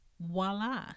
voila